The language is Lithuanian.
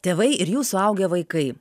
tėvai ir jų suaugę vaikai